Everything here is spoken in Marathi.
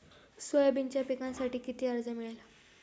सोयाबीनच्या पिकांसाठी किती कर्ज मिळेल?